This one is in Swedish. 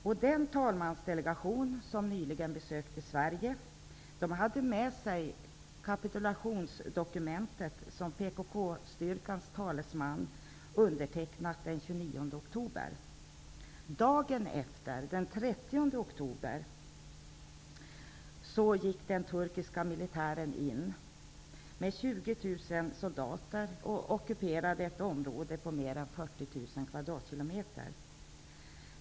Den talmansdelegation som nyligen besökte oktober. Dagen efter, den 30 oktober, gick den turkiska militären in med 20 000 soldater och ockuperade ett område på mer än 40 000 km2.